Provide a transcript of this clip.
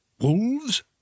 Wolves